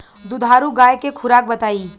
दुधारू गाय के खुराक बताई?